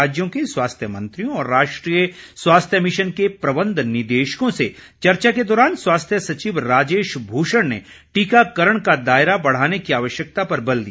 राज्यों के स्वास्थ्य मंत्रियों और राष्ट्रीय स्वास्थ्य मिशन के प्रबंध निदेशकों से चर्चा के दौरान स्वास्थ्य सचिव राजेश भूषण ने टीकाकरण का दायरा बढ़ाने की आवश्यकता पर बल दिया